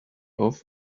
off